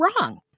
wrong